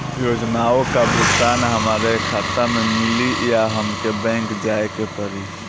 योजनाओ का भुगतान हमरे खाता में मिली या हमके बैंक जाये के पड़ी?